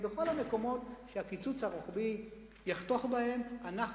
בכל המקומות שהקיצוץ הרוחבי יחתוך בהם אנחנו